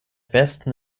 besten